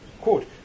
Quote